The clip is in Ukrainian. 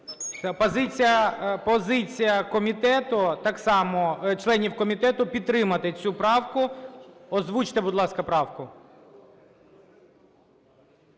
само, членів комітету – підтримати цю правку. Озвучте, будь ласка, правку.